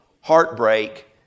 heartbreak